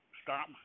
stop